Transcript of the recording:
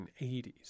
1980s